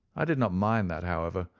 i did not mind that, however,